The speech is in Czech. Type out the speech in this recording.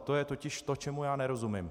To je totiž to, čemu já nerozumím.